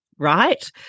right